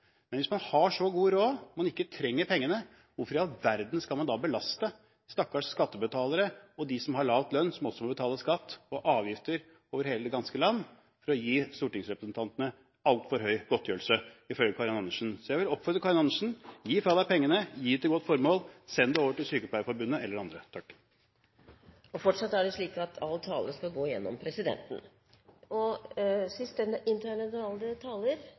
Men hvis man har så god råd at man ikke trenger pengene, hvorfor i all verden skal man da belaste stakkars skattebetalere over det ganske land og dem som har lav lønn, som også må betale skatt og avgifter, for – ifølge Karin Andersen – å kunne gi stortingsrepresentantene altfor høy godtgjørelse?. Så jeg vil oppfordre Karin Andersen: Gi fra deg pengene. Gi dem til et godt formål. Send det over til Sykepleierforbundet eller andre. Fortsatt er det slik at all tale skal gå gjennom presidenten.